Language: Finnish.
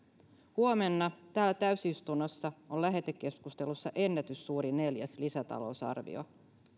huomenna täällä täysistunnossa on lähetekeskustelussa ennätyssuuri neljäs lisätalousarvio